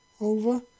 Over